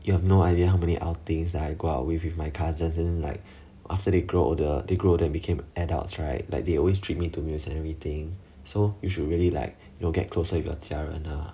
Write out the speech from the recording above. you have no idea how many outings that I go out with with my cousins like after they grow older they grow then became adults right like they always treat me to meals and everything so you should really like you get closer with your 家人 ah